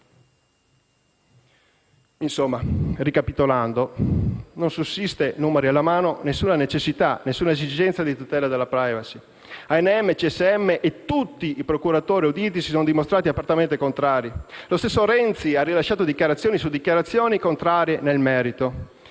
ricapitolando, non sussistono, numeri alla mano, nessuna necessità ed esigenza di tutela della *privacy.* L'ANM, il CSM e tutti i procuratori auditi si sono dimostrati apertamente contrari e lo stesso Renzi ha rilasciato dichiarazioni su dichiarazioni contrarie nel merito.